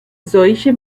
solche